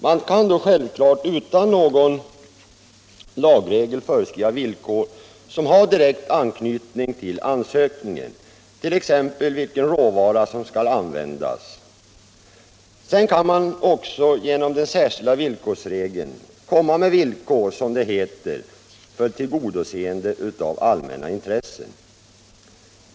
Man kan då självfallet utan någon lagregel föreskriva villkor som har direkt anknytning till ansökningen — t.ex. vilken råvara som skall användas. Sedan kan man också genom den särskilda villkorsregeln komma med villkor — som det heter — för tillgodoseende av allmänna intressen.